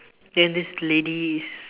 then this lady is